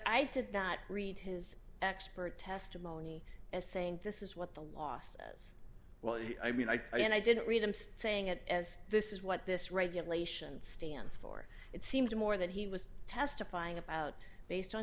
i did that read his expert testimony as saying this is what the law says well i mean i think i didn't read i'm staying at as this is what this regulation stands for it seemed more that he was testifying about based on